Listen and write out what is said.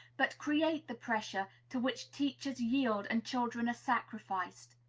but create the pressure to which teachers yield, and children are sacrificed.